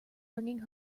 bringing